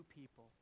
people